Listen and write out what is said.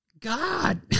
god